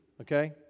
Okay